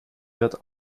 wird